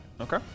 Okay